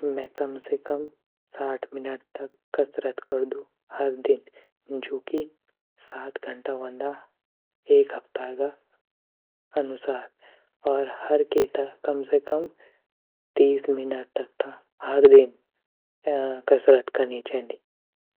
मैं कम से कम साठ मिनट तक कसरत कर्दू हर दिन जू की सात घंटा वंदा एक हफ़्ता ग अनुसार और हर केता कम से कम तीस मिनट तक ता हर दिन कसरत कने चेंदी।